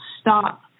stop